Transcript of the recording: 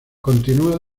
continúa